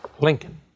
Lincoln